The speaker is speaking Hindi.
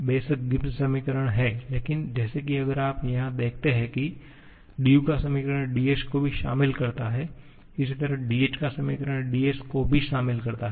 बेशक गिब्स समीकरण हैं लेकिन जैसे कि अगर आप यहां देखते हैं कि du का समीकरण ds को भी शामिल करता है इसी तरह dh का समीकरण ds को भी शामिल करता है